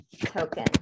token